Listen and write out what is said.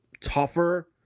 tougher